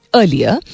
earlier